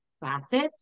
facets